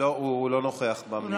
לא, הוא לא נוכח במליאה.